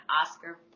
Oscar